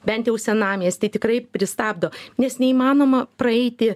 bent jau senamiesty tikrai pristabdo nes neįmanoma praeiti